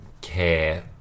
care